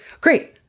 Great